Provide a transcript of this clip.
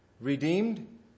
Redeemed